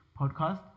podcast